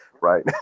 right